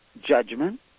judgment